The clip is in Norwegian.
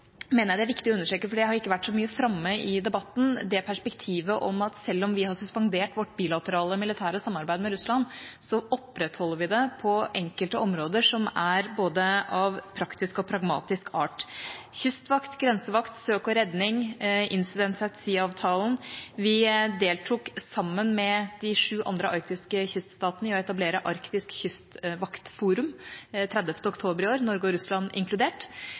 mener jeg det er viktig å understreke – for det har ikke vært så mye framme i debatten – det perspektivet at selv om vi har suspendert vårt bilaterale militære samarbeid med Russland, opprettholder vi det på enkelte områder, både av praktisk og av pragmatisk art: kystvakt, grensevakt, søk og redning, Incident at Sea-avtalene. Vi deltok i – sammen med de sju andre arktiske kyststatene – å etablere Arktisk kystvaktforum 30. oktober i år, Norge og Russland inkludert.